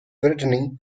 brittany